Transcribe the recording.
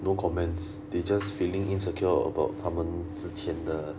no comments they just feeling insecure about 他们之前的